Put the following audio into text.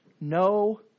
No